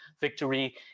victory